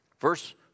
Verse